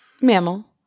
mammal